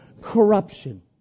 corruption